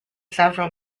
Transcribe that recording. several